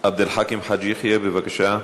עבד אל חכים חאג' יחיא, בבקשה.